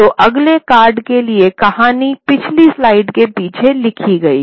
तो अगले कार्ड के लिए कहानी पिछली स्लाइड के पीछे लिखी गई है